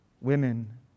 women